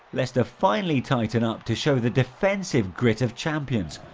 leicester finally tighten up to show the defensive grit of champions,